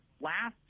last